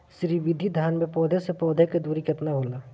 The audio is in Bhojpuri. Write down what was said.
श्री विधि धान में पौधे से पौधे के दुरी केतना होला?